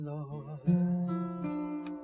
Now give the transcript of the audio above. Lord